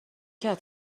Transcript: کرد